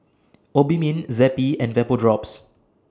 Obimin Zappy and Vapodrops